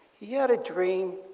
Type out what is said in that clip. he had a dream.